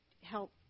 help